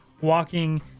walking